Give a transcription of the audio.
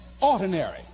ordinary